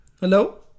Hello